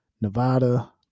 nevada